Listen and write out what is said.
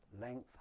length